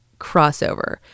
crossover